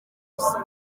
gusa